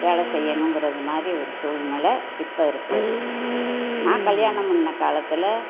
வேலை செய்யணும்ங்கிற மாதிரி ஒரு சூழ்நிலை இப்போ இருக்குது நான் கல்யாணம் பண்ண காலத்தில்